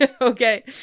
Okay